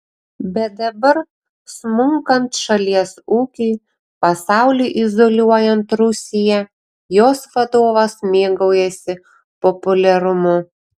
bet dabar smunkant šalies ūkiui pasauliui izoliuojant rusiją jos vadovas mėgaujasi populiarumu